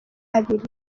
abiri